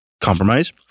compromise